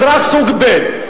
אזרח סוג ב'.